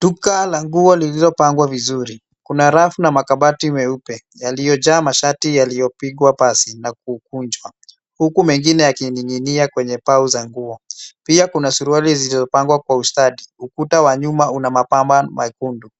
Duka la nguo lililopangwa vizuri. Kuna rafu na makabati meupe yaliyojaa mashati yaliyopigwa pasi na kukunjwa huku mengine yakining'inia kwenye pau za nguo. Pia kuna suruali zilizopangwa kwa ustadi. Ukuta wa nyuma una mapambo mekundu